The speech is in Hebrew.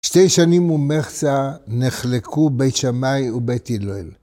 שתי שנים ומחצה נחלקו בית שמאי ובית הילל